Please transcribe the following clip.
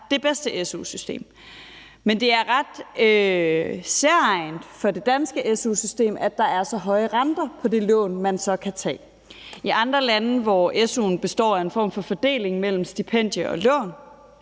det bedste su-system. Men det er ret særegent for det danske su-system, at der er så høje renter på det lån, man så kan tage. I andre lande, hvor su'en består af en form for fordeling mellem stipendie og lån,